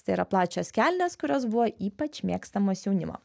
tai yra plačios kelnės kurios buvo ypač mėgstamos jaunimo